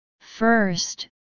First